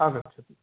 आगच्छतु